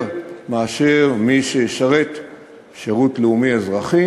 מאשר למי שישרת שירות לאומי-אזרחי.